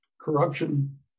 Corruption